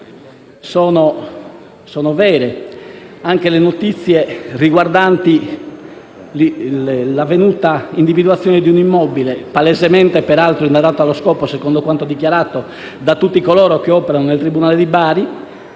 forse vere anche le notizie riguardanti l'avvenuta individuazione di un immobile, peraltro palesemente inadatto allo scopo (secondo quanto dichiarato da tutti coloro che operano nel tribunale di Bari).